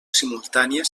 simultània